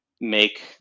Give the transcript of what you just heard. make